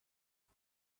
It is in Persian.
پسر